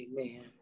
Amen